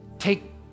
take